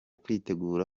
kwitegura